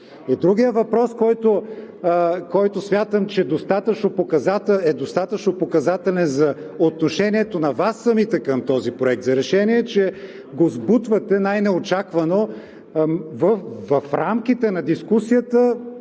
другият въпрос, който смятам, че е достатъчно показателен за отношението на Вас самите към този проект на решение, е, че го сбутвате най-неочаквано – в рамките на дискусията